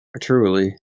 Truly